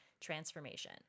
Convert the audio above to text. transformation